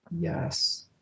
Yes